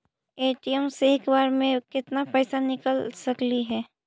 ATM से एक बार मे केत्ना पैसा निकल सकली हे?